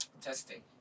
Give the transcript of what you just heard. Testing